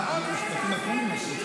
שנייה, משפטים אחרונים.